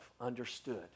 understood